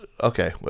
okay